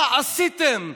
מה עשיתם?